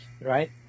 right